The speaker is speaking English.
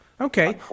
Okay